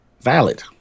valid